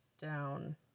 down